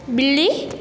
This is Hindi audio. बिल्ली